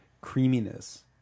creaminess